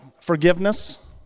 forgiveness